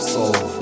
Soul